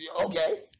Okay